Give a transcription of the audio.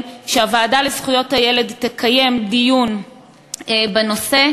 שהוועדה לזכויות הילד תקיים דיון בנושא,